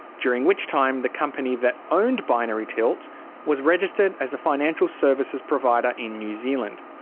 during which time the company that owned binary tilt was registered as a financial services provider in new zealand.